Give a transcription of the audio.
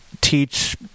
Teach